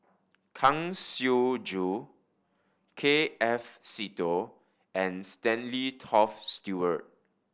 Kang Siong Joo K F Seetoh and Stanley Toft Stewart